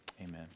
amen